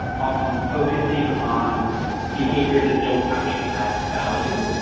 often focusing on behaviors that don't actually add value,